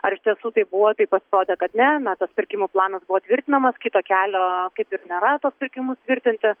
ar iš tiesų taip buvo tai pasirodė kad ne na tas pirkimų planas buvo tvirtinamas kito kelio kaip ir nėra tuos pirkimus tvirtinti